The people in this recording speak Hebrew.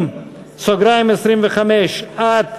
בעד,